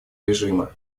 режима